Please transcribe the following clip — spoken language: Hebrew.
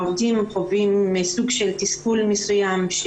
העובדים חווים סוג של תסכול מסוים.